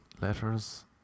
letters